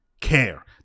care